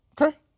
okay